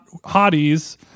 hotties